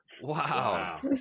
Wow